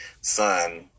son